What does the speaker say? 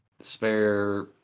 spare